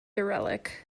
derelict